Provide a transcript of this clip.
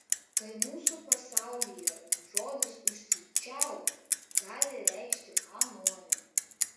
tai mūsų pasaulyje žodis užsičiaupk gali reikšti ką nori